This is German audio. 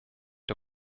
der